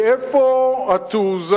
מאיפה התעוזה